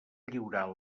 lliurar